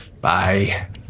bye